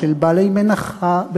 של בעלי מלאכה,